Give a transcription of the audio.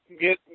get